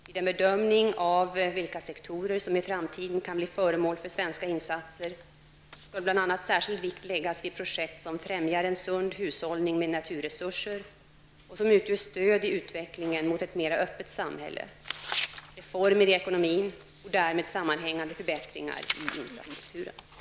Vid en bedömning av vilka sektorer som i framtiden kan bli föremål för svenska insatser skall bl.a. särskild vikt läggas vid projekt som främjar en sund hushållning med naturresurser och som utgör stöd i utvecklingen mot ett mera öppet samhälle, reformer i ekonomin och därmed sammanhängande förbättringar i infrastrukturen.